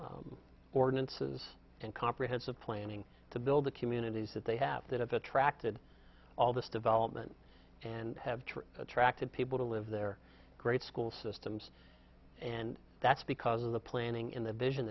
on ordinances and comprehensive planning to build the communities that they have that have attracted all this development and have true attractive people to live there great school systems and that's because of the planning in the vision